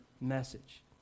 message